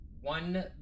one